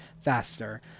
faster